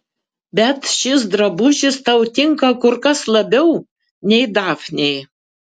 bet šis drabužis tau tinka kur kas labiau nei dafnei